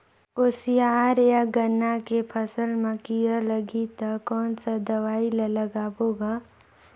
कोशियार या गन्ना के फसल मा कीरा लगही ता कौन सा दवाई ला लगाबो गा?